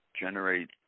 generate